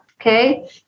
okay